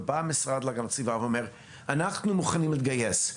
המשרד להגנת הסביבה אומר שהם מוכנים להתגייס.